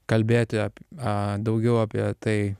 kalbėti ap a daugiau apie tai